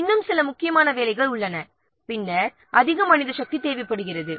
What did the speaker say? இன்னும் சில முக்கியமான வேலைகள் உள்ளன பின்னர் அதிக மனித சக்தி தேவைப்படுகிறது